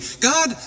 God